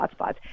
hotspots